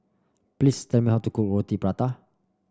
please tell me how to cook Roti Prata